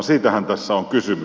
siitähän tässä on kysymys